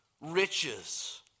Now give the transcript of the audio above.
riches